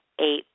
eight